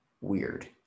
weird